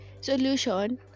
solution